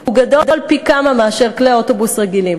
הוא גדול פי-כמה מאשר לאוטובוס רגילים.